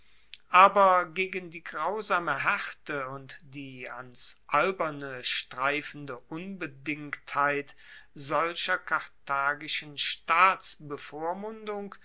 aber gegen die grausame haerte und die ans alberne streifende unbedingtheit solcher